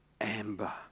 amber